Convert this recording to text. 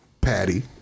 Patty